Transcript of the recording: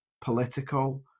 political